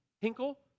Hinkle